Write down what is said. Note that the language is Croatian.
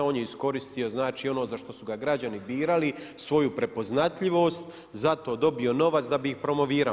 On je iskoristio, znači ono za što su ga građani birali, svoju prepoznatljivost, zato dobio novac da bi ih promovirao.